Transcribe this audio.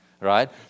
right